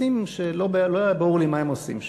עצים שלא היה ברור לי מה הם עושים שם.